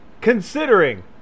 considering